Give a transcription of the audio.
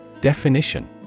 Definition